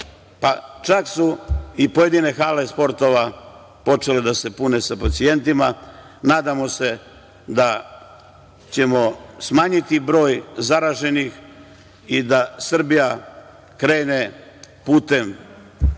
Čak su i pojedine hale sportova počele da se pune sa pacijentima. Nadamo se da ćemo smanjiti broj zaraženih i da Srbija krene putem